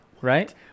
right